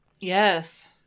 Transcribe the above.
yes